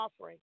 offering